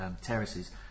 terraces